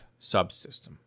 subsystem